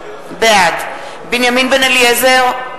בעד בנימין בן-אליעזר,